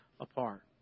apart